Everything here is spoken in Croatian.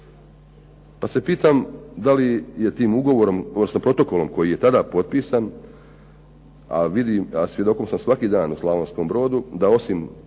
Pa se pitam da li je tim protokolom koji je tada potpisan, a svjedokom sam svaki dan u Slavonskom Brodu da osim